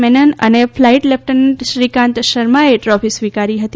મેનન અને flight lieutenant Shrikant શર્માએ trophy સ્વીકારી હતી